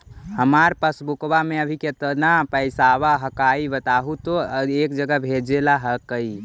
हमार पासबुकवा में अभी कितना पैसावा हक्काई बताहु तो एक जगह भेजेला हक्कई?